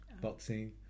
boxing